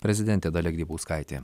prezidentė dalia grybauskaitė